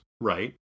right